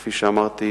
כפי שאמרתי,